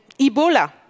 Ebola